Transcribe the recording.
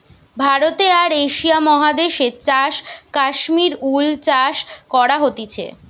ভারতে আর এশিয়া মহাদেশে চাষ কাশ্মীর উল চাষ করা হতিছে